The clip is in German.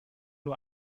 nur